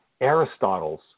Aristotle's